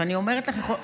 ואני אומרת לך,